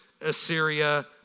Assyria